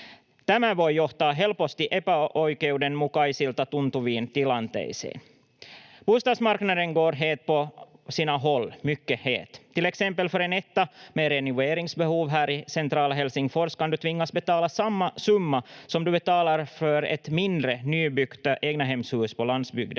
Tämä voi johtaa helposti epäoikeudenmukaisilta tuntuviin tilanteisiin. Bostadsmarknaden går het på sina håll, mycket het. Till exempel för en etta med renoveringsbehov här i centrala Helsingfors kan du tvingas betala samma summa som du betalar för ett mindre nybyggt egnahemshus på landsbygden.